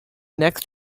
next